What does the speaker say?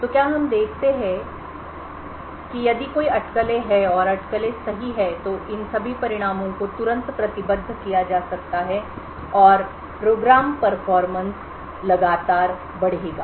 तो क्या हम देखते हैं कि यदि कोई अटकलें हैं और अटकलें सही हैं तो इन सभी परिणामों को तुरंत प्रतिबद्ध किया जा सकता है और कार्यक्रम का प्रदर्शन program performanceप्रोग्राम परफॉर्मेंस लगातार बढ़ेगा